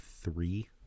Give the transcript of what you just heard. three